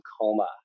coma